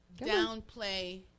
downplay